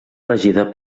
regida